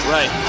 Right